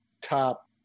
top